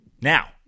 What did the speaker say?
Now